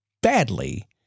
badly